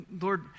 Lord